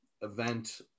event